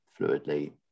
fluidly